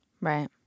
Right